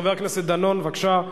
חבר הכנסת דני דנון, בבקשה.